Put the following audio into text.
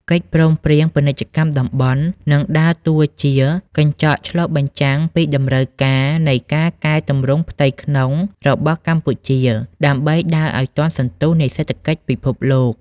កិច្ចព្រមព្រៀងពាណិជ្ជកម្មតំបន់ នឹងដើរតួជាកញ្ចក់ឆ្លុះបញ្ចាំងពីតម្រូវការនៃការកែទម្រង់ផ្ទៃក្នុងរបស់កម្ពុជា ដើម្បីឱ្យដើរទាន់សន្ទុះនៃសេដ្ឋកិច្ចពិភពលោក។